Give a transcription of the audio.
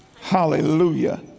Hallelujah